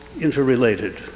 interrelated